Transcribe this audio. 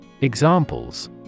Examples